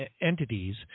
entities